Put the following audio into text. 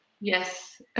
Yes